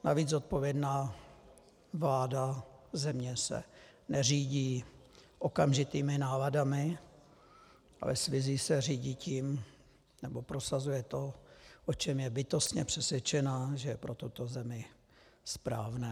Navíc zodpovědná vláda země se neřídí okamžitými náladami, ale s vizí se řídí tím, nebo prosazuje to, o čem je bytostně přesvědčena, že je pro tuto zemi správné.